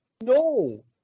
No